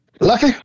Lucky